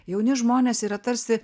jauni žmonės yra tarsi